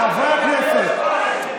חברי הכנסת.